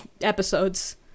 episodes